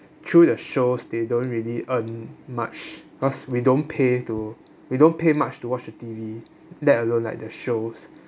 through the shows they don't really earn much cause we don't pay to we don't pay much to watch the T_V let alone like the shows